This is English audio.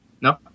No